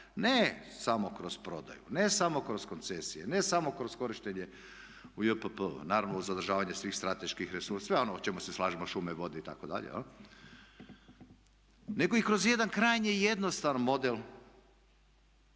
Ne samo kroz prodaju, ne samo kroz koncesije, ne samo kroz korištenje u JPP, naravno uz zadržavanje svih strateških resursa, sve ono o čemu se slažemo šume, vode itd. nego i kroz jedan krajnje jednostavan model